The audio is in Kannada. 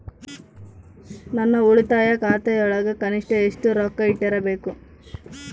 ನನ್ನ ಉಳಿತಾಯ ಖಾತೆಯೊಳಗ ಕನಿಷ್ಟ ಎಷ್ಟು ರೊಕ್ಕ ಇಟ್ಟಿರಬೇಕು?